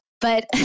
But-